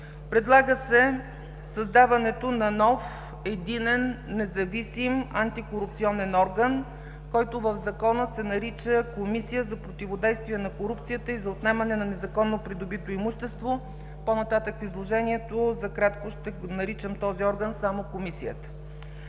Предлага се създаването на нов единен, независим антикорупционен орган, който в Законопроекта се нарича „Комисия за противодействие на корупцията и за отнемане на незаконно придобито имущество“ – по-нататък в изложението за краткост ще наричам този орган само „Комисията“.